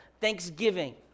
Thanksgiving